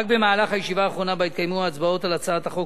רק במהלך הישיבה האחרונה שבה התקיימו ההצבעות על הצעת החוק